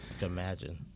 imagine